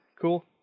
Cool